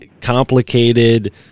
complicated